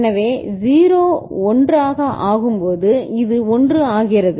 எனவே 0 ஆக 1 ஆகும்போது இது 1 ஆகிறது